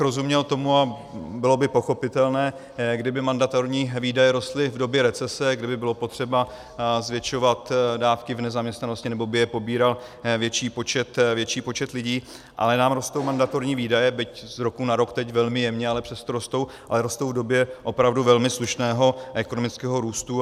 Rozuměl bych tomu a bylo by pochopitelné, kdyby mandatorní výdaje rostly v době recese, kdy by bylo potřeba zvětšovat dávky v nezaměstnanosti nebo by je pobíral větší počet lidí, ale nám rostou mandatorní výdaje, byť z roku na rok teď velmi jemně, ale přesto rostou, ale rostou v době opravdu velmi slušného ekonomického růstu.